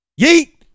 Yeet